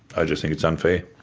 i just think it's unfair.